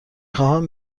خواهم